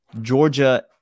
Georgia